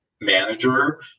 manager